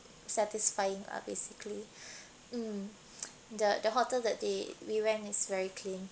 satisfying lah basically mm the the hotel that they we went is very clean